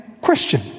Christian